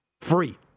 Free